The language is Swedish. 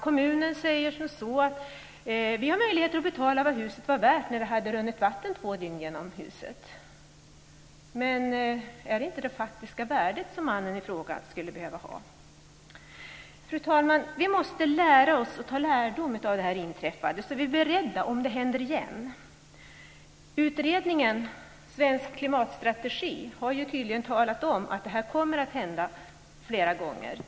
Kommunen säger att man har möjlighet att betala vad huset var värt när det hade runnit vatten två dygn genom huset. Men är det inte det faktiska värdet som mannen i fråga skulle behöva få? Fru talman! Vi måste ta lärdom av det inträffade, så att vi är beredda om det händer igen. I utredningen om en svensk klimatstrategi har man ju tydligen talat om att detta kommer att hända flera gånger.